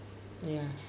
ya